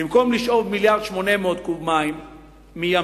במקום לשאוב 1.8 מיליארד קוב מים מים-סוף,